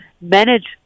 manage